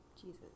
Jesus